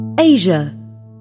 Asia